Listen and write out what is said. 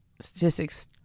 statistics